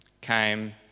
came